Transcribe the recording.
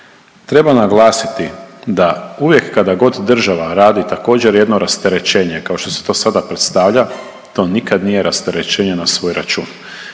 Treba naglasiti da uvijek kada god država radi također, jedno rasterećenje kao što se to sada predstavlja, to nikad nije rasterećenje na svoj račun.